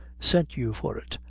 sent you for it,